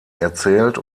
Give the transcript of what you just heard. erzählt